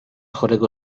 chorego